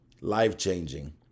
Life-changing